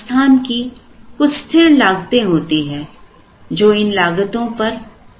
संस्थान की कुछ स्थिरलागतें होती हैं जो इन लागतों पर विभाजित की जा सकती है